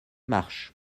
marches